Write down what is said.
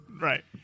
Right